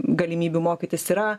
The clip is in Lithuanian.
galimybių mokytis yra